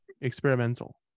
experimental